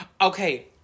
okay